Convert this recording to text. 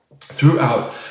throughout